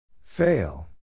fail